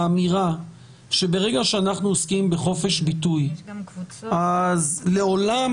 האמירה שברגע שאנחנו עוסקים בחופש ביטוי אז לעולם